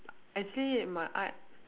actually my art